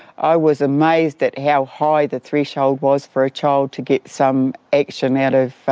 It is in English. i was amazed at how high the threshold was for a child to get some action out of